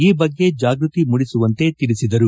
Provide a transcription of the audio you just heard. ಈ ಬಗ್ಗೆ ಜಾಗ್ಯತಿ ಮೂಡಿಸುವಂತೆ ತಿಳಿಸಿದರು